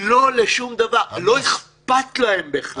לא לשום דבר, לא אכפת להם בכלל.